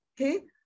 okay